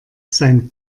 sein